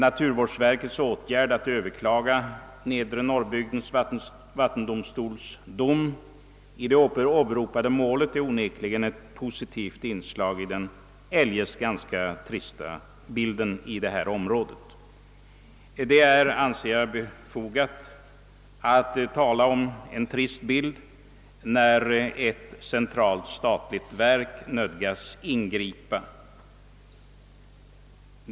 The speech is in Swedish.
Naturvårdsverkets åtgärd att överklaga Nedre Norrbygdens vattendomstols dom i det åberopade målet är onekligen ett positivt inslag i den eljest ganska trista bilden inom detta område. Det är, anser jag, befogat att tala om en trist bild, när ett centralt statligt verk nödgas ingripa.